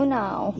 now